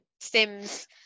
Sims